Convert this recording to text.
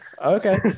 Okay